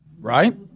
Right